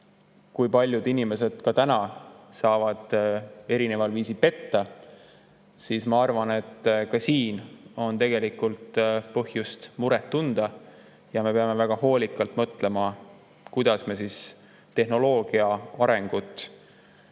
kui paljud inimesed tänagi erineval viisil petta saavad, siis ma arvan, et ka siin on tegelikult põhjust muret tunda. Me peame väga hoolikalt mõtlema, kuidas me tehnoloogia arengut